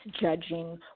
judging